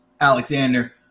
Alexander